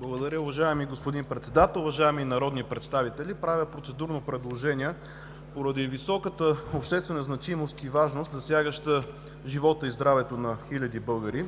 Благодаря Ви. Уважаеми господин Председател, уважаеми народни представители, правя процедурно предложение поради високата обществена значимост и важност, засягащи живота и здравето на хиляди българи,